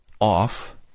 off